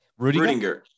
Rudinger